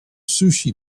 sushi